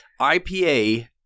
IPA